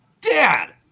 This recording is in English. Dad